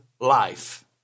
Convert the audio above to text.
life